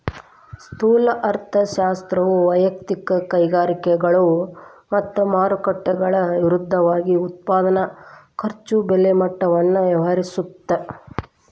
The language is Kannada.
ಸ್ಥೂಲ ಅರ್ಥಶಾಸ್ತ್ರವು ವಯಕ್ತಿಕ ಕೈಗಾರಿಕೆಗಳು ಮತ್ತ ಮಾರುಕಟ್ಟೆಗಳ ವಿರುದ್ಧವಾಗಿ ಉತ್ಪಾದನೆ ಖರ್ಚು ಬೆಲೆ ಮಟ್ಟವನ್ನ ವ್ಯವಹರಿಸುತ್ತ